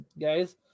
guys